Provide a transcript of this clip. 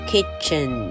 Kitchen